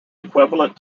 equivalent